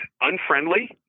unfriendly